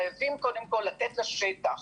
חייבים לצאת לשטח.